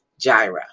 Gyra